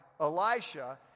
Elisha